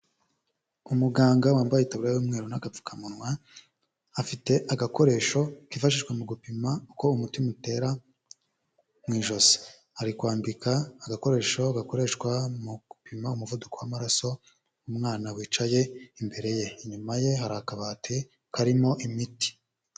Umuganga wambaye itaburiya y'umweru n'agapfukamunwa afite agakoresho kifashishwa mu gupima uko umutima utera mu ijosi, ari kwambika agakoresho gakoreshwa mu gupima umuvuduko w'amaraso umwana wicaye imbere ye, inyuma ye hari akabati karimo imiti.